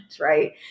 Right